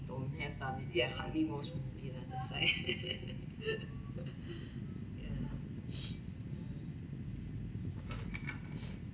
for me lah maybe I hardly go swimming lah that's why